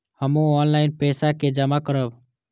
हमू ऑनलाईनपेसा के जमा करब?